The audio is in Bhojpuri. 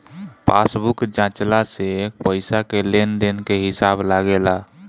पासबुक जाँचला से पईसा के लेन देन के हिसाब लागेला